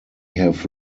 have